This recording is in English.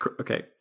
Okay